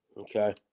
Okay